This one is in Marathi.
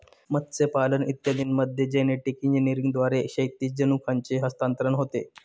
मत्स्यपालन इत्यादींमध्ये जेनेटिक इंजिनिअरिंगद्वारे क्षैतिज जनुकांचे हस्तांतरण होते